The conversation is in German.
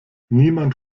niemand